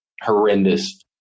horrendous